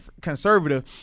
conservative